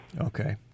Okay